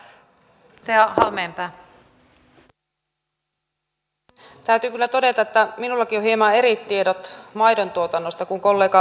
täytyy kyllä todeta että minullakin on hieman eri tiedot maidontuotannosta kuin kollega vartialla